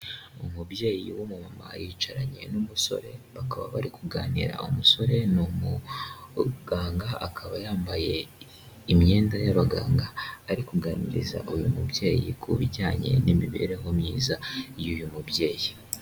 Umubyeyi w'umumama yicaranye n'umusore bakaba bari kuganira, umusore ni umuganga akaba yambaye imyenda y'abaganga ari kuganiriza uyu mubyeyi ku bijyanye n'imibereho myiza y'uyu mubyeyi.